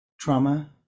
trauma